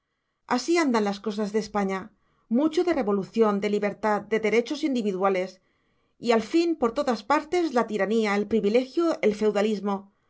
así andan las cosas de españa mucho de revolución de libertad de derechos individuales y al fin por todas partes la tiranía el privilegio el feudalismo